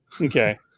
Okay